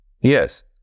Yes